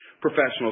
Professional